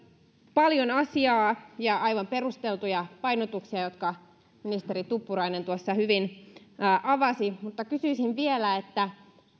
paljon asiaa ja aivan perusteltuja painotuksia jotka ministeri tuppurainen tuossa hyvin avasi mutta kysyisin vielä